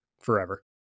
forever